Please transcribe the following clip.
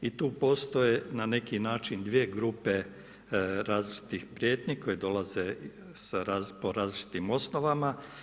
I tu postoje na neki način dvije grupe različitih prijetnji koje dolaze po različitim osnovama.